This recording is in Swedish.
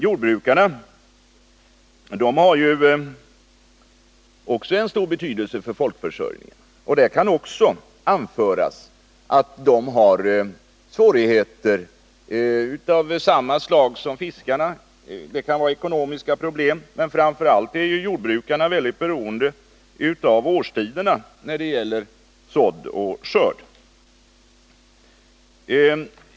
Jordbrukarna har ju också stor betydelse för folkförsörjningen. Man kan även anföra att de har svårigheter av samma slag som yrkesfiskarna. Det kan vara ekonomiska problem, men framför allt är ju jordbrukarna mycket beroende av årstiderna när det gäller sådd och skörd.